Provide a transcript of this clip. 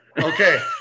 okay